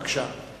בבקשה.